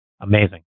Amazing